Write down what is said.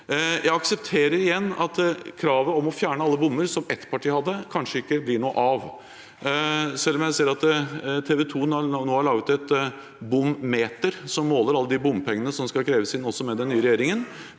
Jeg aksepterer igjen at kravet om å fjerne alle bommer, som ett parti hadde, kanskje ikke blir noe av – selv om jeg ser at TV 2 nå har laget et bom-meter som måler alle de bompengene som skal kreves inn også med den nye regjeringen.